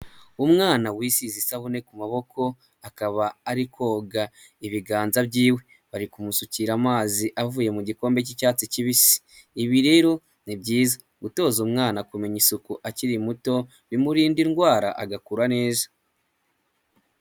Umwana wisize isabune ku maboko akaba ari koga ibiganza by'iwe, bari kumusukira amazi avuye mu gikombe cy'icyatsi kibisi. Ibi rero ni byiza; gutoza umwana kumenya isuku akiri muto bimurinda indwara agakura neza.